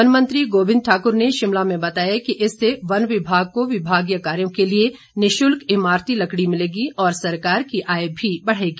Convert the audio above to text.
one मंत्री गोविंद ठाकुर ने शिमला में बताया कि इससे वन विभाग को विभागीय कार्यो के लिए निशुल्क इमारती लकड़ी मिलेगी और सरकार की आय भी बढ़ेगी